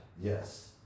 Yes